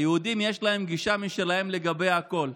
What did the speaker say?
ליהודים יש גישה משלהם לגבי הכול,